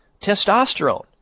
testosterone